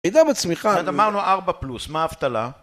הייתה בצמיחה... שאנחנו אמרנו ארבע פלוס, מה האבטלה?